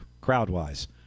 crowd-wise